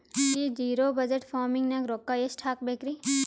ಈ zero budget farming ನಾಗ್ ರೊಕ್ಕ ಎಷ್ಟು ಹಾಕಬೇಕರಿ?